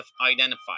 identified